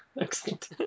Excellent